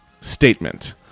statement